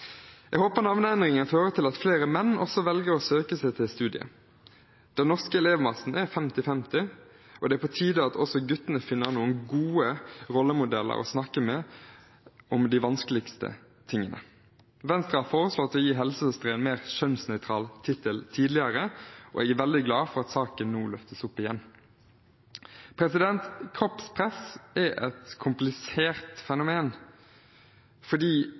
Jeg håper navneendringen fører til at også flere menn velger å søke seg til studiet. Den norske elevmassen er femti-femti, og det er på tide at også guttene finner noen gode rollemodeller å snakke med om de vanskeligste tingene. Venstre har foreslått å gi helsesøstre en mer kjønnsnøytral tittel tidligere, og jeg er veldig glad for at saken nå løftes opp igjen. Kroppspress er et komplisert fenomen fordi